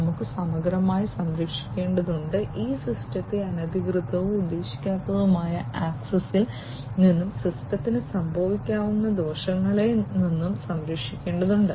നമുക്ക് സമഗ്രമായി സംരക്ഷിക്കേണ്ടതുണ്ട് ഈ സിസ്റ്റത്തെ അനധികൃതവും ഉദ്ദേശിക്കാത്തതുമായ ആക്സസ്സിൽ നിന്നും സിസ്റ്റത്തിന് സംഭവിക്കാവുന്ന ദോഷങ്ങളിൽ നിന്നും സംരക്ഷിക്കേണ്ടതുണ്ട്